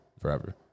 forever